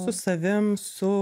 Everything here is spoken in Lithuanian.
su savim su